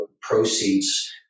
proceeds